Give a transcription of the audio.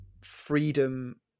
freedom